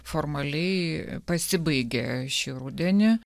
formaliai pasibaigė šį rudenį